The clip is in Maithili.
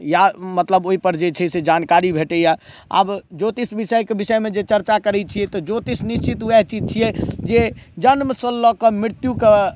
या मतलब ओहिपर जे छै से जानकारी भेटैया आब ज्योतिष विषयकेँ विषयमे जे चर्चा करै छी तऽ ज्योतिष निश्चित वएह चीज छियै जे जन्मसँ लऽ कऽ मृत्यु